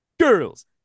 Girls